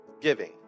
giving